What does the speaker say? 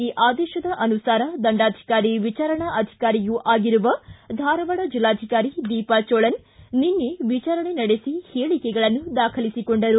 ಈ ಆದೇಶದ ಅನುಸಾರ ದಂಡಾಧಿಕಾರಿ ವಿಚಾರಣಾ ಅಧಿಕಾರಿಯೂ ಆಗಿರುವ ಧಾರವಾಡದ ಜಿಲ್ಲಾಧಿಕಾರಿ ದೀಪಾ ಚೋಳನ್ ನಿನ್ನೆ ವಿಚಾರಣೆ ನಡೆಸಿ ಹೇಳಿಕೆಗಳನ್ನು ದಾಖಲಿಸಿಕೊಂಡರು